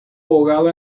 abogado